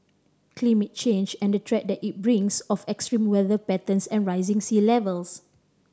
climate change and the threat that it brings of extreme weather patterns and rising sea levels